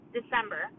December